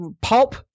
Pulp